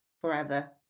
forever